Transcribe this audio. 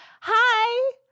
hi